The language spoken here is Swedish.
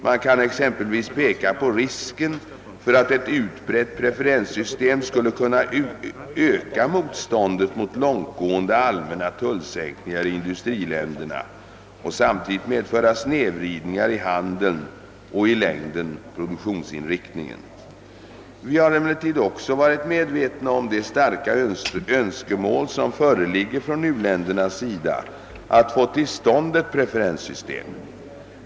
Man kan exempelvis peka på risken för att ett utbrett preferenssystem skulle kunna öka motståndet mot långtgående allmänna tullsänkningar i industriländerna och samtidigt medföra snedvridningar i handeln och i längden i produktionsinriktningen. Vi har emellertid också varit medvetna om det starka önskemål som föreligger från u-ländernas sida att få till stånd ett preferenssystem.